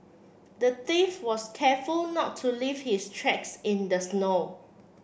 the thief was careful not to leave his tracks in the snow